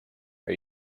are